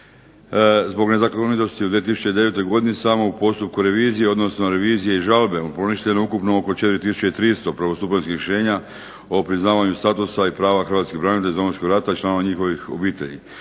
zbog … u 2009. godini samo u postupku revizije, odnosno revizije i žalbe poništeno ukupno oko 4 300 prvostupanjskih rješenja o priznavanju statusa i prava hrvatskih branitelja iz Domovinskog rata i članova njihovih obitelji.